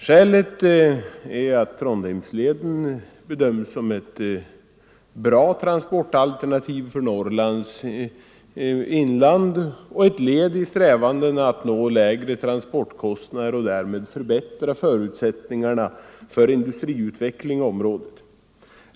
Skälet är att Trondheimsleden bedöms som ett bra transportalternativ för Norrlands inland och ett led i strävandena att nå lägre transportkostnader och därmed förbättra förutsättningarna för industriutveckling i området.